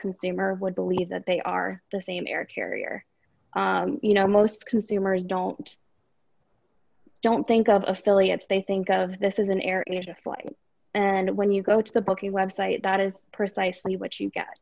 consumer would believe that they are the same air carrier you know most consumers don't don't think of affiliates they think of this is an area just like and when you go to the booking website that is precisely what you get